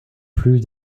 plus